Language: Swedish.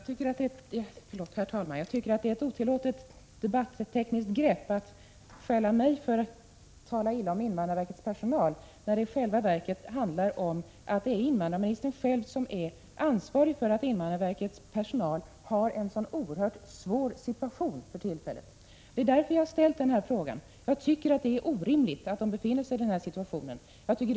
Herr talman! Jag tycker att det är ett otillåtligt debattekniskt grepp att skälla mig för att tala illa om invandrarverkets personal, när det i själva verket handlar om att det är invandrarministern som är ansvarig för att invandrarverkets personal har en så oerhört svår situation för tillfället. Det är därför jag har ställt denna fråga. Jag tycker det är orimligt att de anställda skall befinna sig i denna situation.